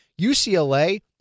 UCLA